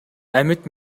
амьд